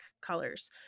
colors